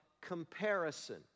comparison